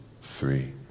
three